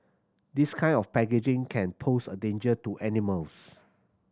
this kind of packaging can pose a danger to animals